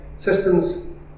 Systems